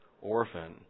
orphan